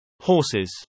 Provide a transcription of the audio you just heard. horses